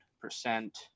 percent